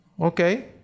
Okay